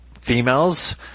females